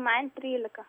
man trylika